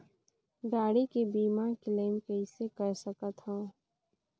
गाड़ी के बीमा क्लेम कइसे कर सकथव?